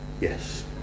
yes